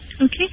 Okay